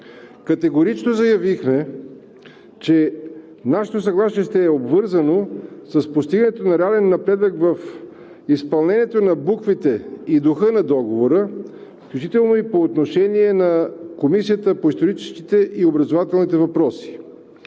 Категорично заявихме, че нашето съгласие ще е обвързано с постигането на реален напредък в изпълнението на буквите и духа на Договора, включително и по отношение на Комисията по историческите и образователните въпроси.